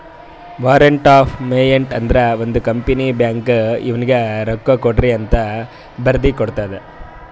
warrant of payment ಅಂದುರ್ ಒಂದ್ company ಬ್ಯಾಂಕ್ಗ್ ಇವ್ನಿಗ ರೊಕ್ಕಾಕೊಡ್ರಿಅಂತ್ ಬರ್ದಿ ಕೊಡ್ತದ್